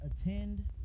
attend